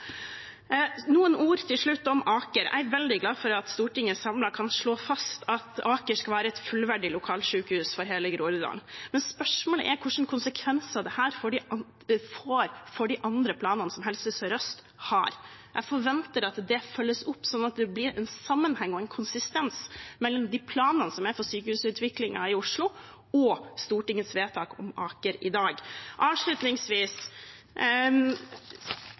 Noen ord til slutt om Aker: Jeg er veldig glad for at Stortinget samlet kan slå fast at Aker skal være et fullverdig lokalsykehus for hele Groruddalen. Men spørsmålet er hva slags konsekvenser dette får for de andre planene som Helse Sør-Øst har. Jeg forventer at det følges opp, sånn at det blir en sammenheng og en konsistens mellom de planene som er for sykehusutviklingen i Oslo, og Stortingets vedtak om Aker i dag. Avslutningsvis: